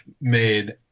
made